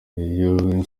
rayon